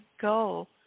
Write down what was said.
go